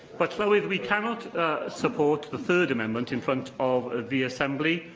but, llywydd, we cannot support the third amendment in front of the assembly,